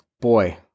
Boy